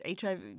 HIV